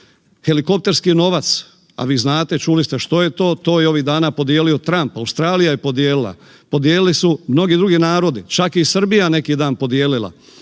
helikopterski novac, a vi znate, čuli ste što je to, to je ovih dana podijelio Trump, Australija je podijelila. Podijelili su mnogi drugi narodi, čak i Srbija neki dan podijelila.